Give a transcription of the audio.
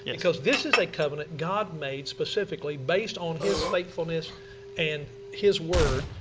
yeah because this is a covenant god made specifically based on his faithfulness and his word.